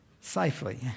safely